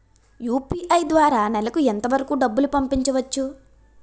UPI ద్వారా నెలకు ఎంత వరకూ డబ్బులు పంపించవచ్చు?